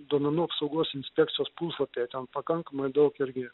duomenų apsaugos inspekcijos puslapyje ten pakankamai daug irgi